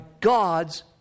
God's